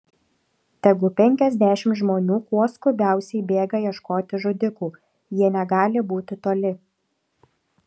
tegu penkiasdešimt žmonių kuo skubiausiai bėga ieškoti žudikų jie negali būti toli